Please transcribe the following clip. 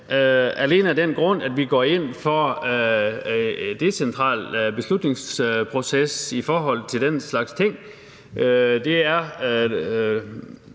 alene af den grund, at vi går ind for en decentral beslutningsproces i forhold til den slags ting. Det er